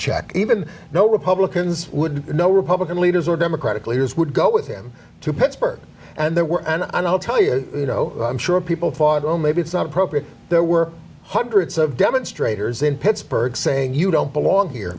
check even though republicans would know republican leaders were democratic leaders would go with him to pittsburgh and there were and i'll tell you you know i'm sure people thought oh maybe it's not appropriate there were hundreds of demonstrators in pittsburgh saying you don't belong here